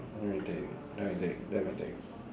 let me think let me think let me think